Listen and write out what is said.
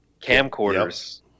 camcorders